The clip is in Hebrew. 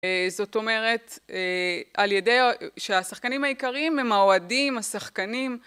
זאת אומרת, על ידי שהשחקנים העיקריים הם האוהדים, השחקנים